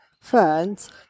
ferns